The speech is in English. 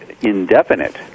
indefinite